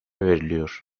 veriliyor